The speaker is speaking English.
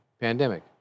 pandemic